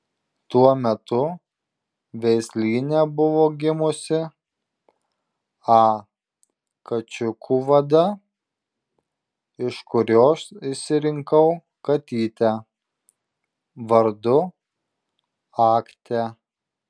tuo metu veislyne buvo gimusi a kačiukų vada iš kurios išsirinkau katytę vardu aktia